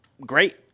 great